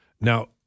Now